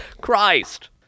Christ